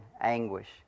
anguish